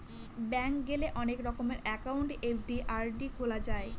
bank গেলে অনেক রকমের একাউন্ট এফ.ডি, আর.ডি খোলা যায়